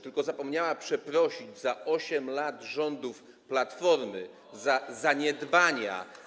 Tylko zapomniała przeprosić za 8 lat rządów Platformy, za zaniedbania.